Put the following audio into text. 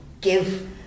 give